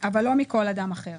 אבל לא מכל אדם אחר.